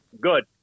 good